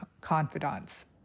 confidants